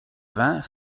vingts